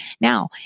Now